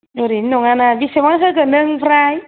ओरैनो नङाना बिसिबां होगोन नों ओमफ्राय